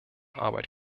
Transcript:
arbeit